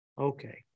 Okay